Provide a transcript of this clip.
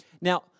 Now